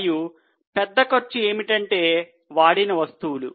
అతి పెద్ద ఖర్చు ఏమిటంటే వాడిన వస్తువులు